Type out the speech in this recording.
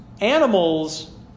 Animals